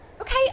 Okay